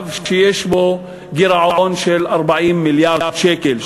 שיש בו גירעון של 40 מיליארד שקלים,